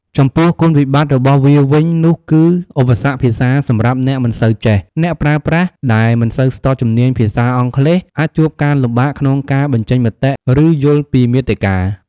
ចំពោះគុណវិបត្តិតរបស់វាវិញនោះគឺឧបសគ្គភាសាសម្រាប់អ្នកមិនសូវចេះ អ្នកប្រើប្រាស់ដែលមិនសូវស្ទាត់ជំនាញភាសាអង់គ្លេសអាចជួបការលំបាកក្នុងការបញ្ចេញមតិ ឬយល់ពីមាតិកា។